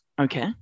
Okay